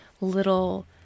little